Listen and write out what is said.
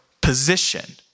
position